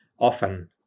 often